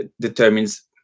determines